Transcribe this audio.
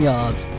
Yards